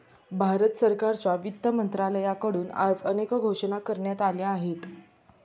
भारत सरकारच्या वित्त मंत्रालयाकडून आज अनेक घोषणा करण्यात आल्या आहेत